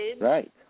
right